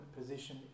position